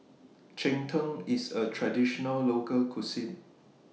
Cheng Tng IS A Traditional Local Cuisine